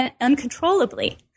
uncontrollably